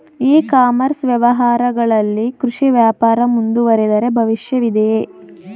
E commerce ವ್ಯವಹಾರಗಳಲ್ಲಿ ಕೃಷಿ ವ್ಯಾಪಾರ ಮುಂದುವರಿದರೆ ಭವಿಷ್ಯವಿದೆಯೇ?